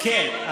כן.